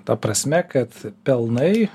ta prasme kad pelnai